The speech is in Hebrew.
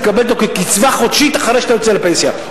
מקבל אותו כקצבה חודשית אחרי שאתה יוצא לפנסיה.